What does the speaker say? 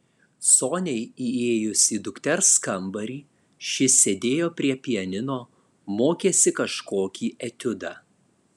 soniai įėjus į dukters kambarį ši sėdėjo prie pianino mokėsi kažkokį etiudą